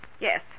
Yes